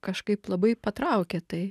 kažkaip labai patraukė tai